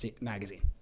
magazine